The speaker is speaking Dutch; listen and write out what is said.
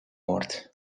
wordt